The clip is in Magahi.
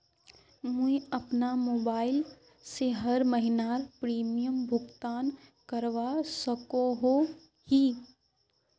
मुई अपना मोबाईल से हर महीनार प्रीमियम भुगतान करवा सकोहो ही?